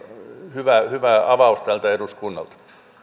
hyvä avaus tältä eduskunnalta